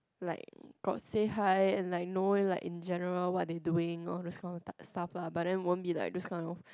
like got say hi and like knowing like in general what they doing or that kinds of suffer but then won't be like those kinds of